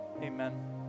amen